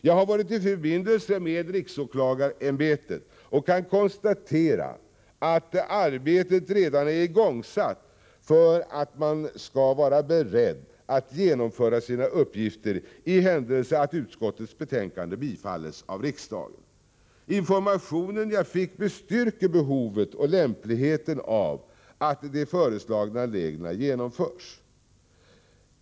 Jag har varit i förbindelse med riksåklagarämbetet och kan konstatera att arbetet redan är igångsatt för att man skall vara beredd att genomföra sina uppgifter i händelse att utskottets hemställan bifalls av riksdagen. Informationen jag fick bestyrker behovet och lämpligheten av att de föreslagna reglerna genomförs.